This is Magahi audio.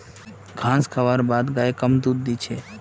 घास खा बार बाद गाय कम दूध दी छे